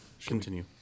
Continue